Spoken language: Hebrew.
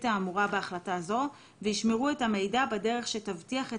האמורה בהחלטה זו וישמרו את המידע בדרך שתבטיח את